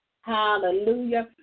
Hallelujah